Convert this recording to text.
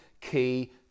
key